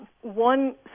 one